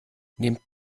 nehmt